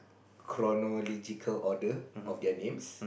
chronological order of their names